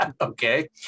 Okay